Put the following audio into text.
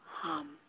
hum